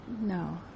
No